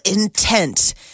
Intent